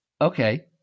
Okay